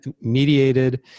mediated